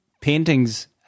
paintings